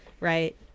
right